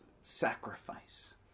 sacrifice